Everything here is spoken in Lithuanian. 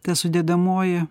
ta sudedamoji